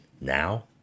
Now